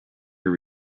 your